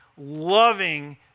loving